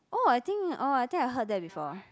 oh I think oh I think I heard that before